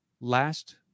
last